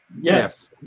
yes